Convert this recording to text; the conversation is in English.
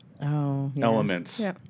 elements